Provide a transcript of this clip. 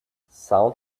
sound